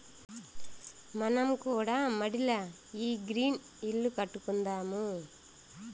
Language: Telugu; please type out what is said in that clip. మనం కూడా మడిల ఈ గ్రీన్ ఇల్లు కట్టుకుందాము